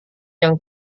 yang